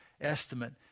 estimate